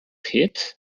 hit